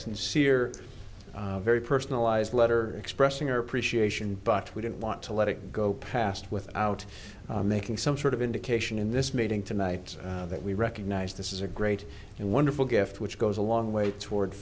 sincere very personalized letter expressing our appreciation but we don't want to let it go past without making some sort of indication in this meeting tonight that we recognize this is a great and wonderful gift which goes a long way toward